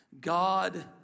god